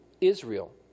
Israel